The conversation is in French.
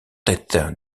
tête